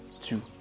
two